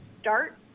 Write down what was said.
start